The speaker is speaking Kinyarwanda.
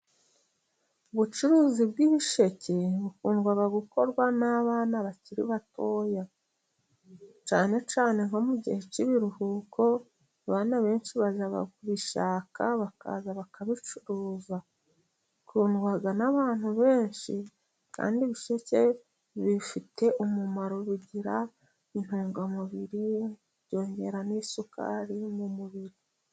Ubucuruzi bw'iibiheke bukundwa gukorwa n'abana bakiri batoya. Cyane cyane nko mu gihe cy'ibiruhuko. Benshi baza bakubishaka, bakaza bakabicuruza. Bikundwa n'abantu benshi. Kandi ibisheke bifite umumaro, bigira intungamubiri, byongera n'isukari mu mubiri.